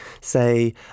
say